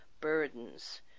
burdens